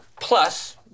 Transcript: plus